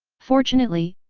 fortunately,